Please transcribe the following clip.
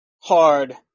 hard